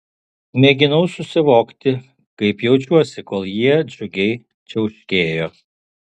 mėginau susivokti kaip jaučiuosi kol jie džiugiai čiauškėjo